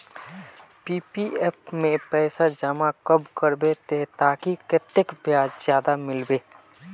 PPF में पैसा जमा कब करबो ते ताकि कतेक ब्याज ज्यादा मिलबे?